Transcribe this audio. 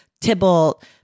Tybalt